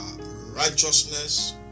righteousness